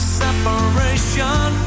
separation